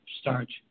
starch